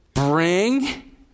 Bring